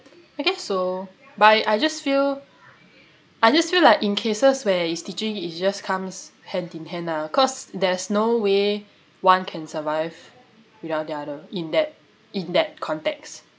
I guess so but I I just feel I just feel like in cases where it's teaching it just comes hand in hand lah cause there's no way one can survive without the other in that in that context